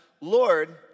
Lord